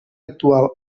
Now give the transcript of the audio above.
actual